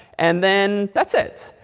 and then that's it.